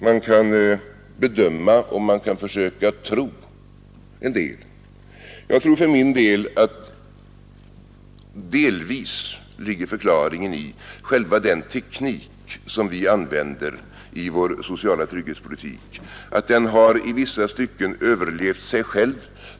Man kan bedöma, och man kan försöka tro ett och annat. Jag tror att delvis ligger förklaringen i själva den teknik som vi använder i vår sociala trygghetspolitik, att den har i vissa stycken överlevt sig själv.